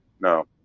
no